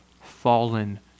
fallen